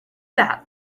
that